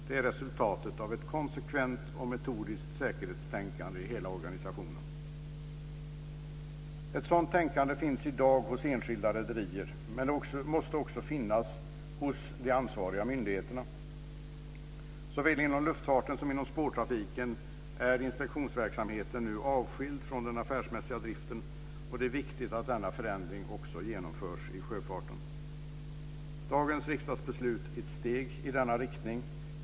Det är resultatet av ett konsekvent och metodiskt säkerhetstänkande i hela organisationen. Ett sådant tänkande finns i dag hos enskilda rederier. Men det måste också finnas hos de ansvariga myndigheterna. Såväl inom luftfarten som inom spårtrafiken är inspektionsverksamheten nu avskild från den affärsmässiga driften, och det är viktigt att denna förändring också genomförs i sjöfarten. Dagens riksdagsbeslut är ett steg i denna riktning.